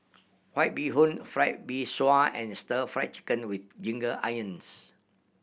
White Bee Hoon Fried Mee Sua and Stir Fry Chicken with ginger onions